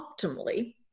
optimally